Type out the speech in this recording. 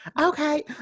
okay